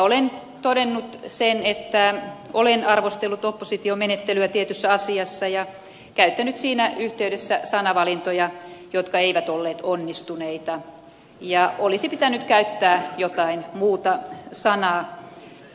olen todennut sen että olen arvostellut opposition menettelyä tietyssä asiassa ja käyttänyt siinä yhteydessä sanavalintoja jotka eivät olleet onnistuneita ja olisi pitänyt käyttää jotain muuta sanaa